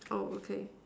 oh okay